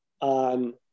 on